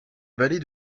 vallée